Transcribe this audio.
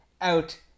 out